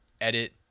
edit